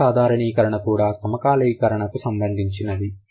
ఏడవ సాధారణీకరణ కూడా సమకాలీకరణకు సంబంధించినది